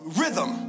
rhythm